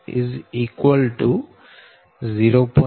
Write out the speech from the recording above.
006713 X 0